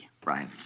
Brian